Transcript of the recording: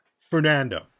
Fernando